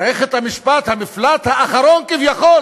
שמערכת המשפט, המפלט האחרון כביכול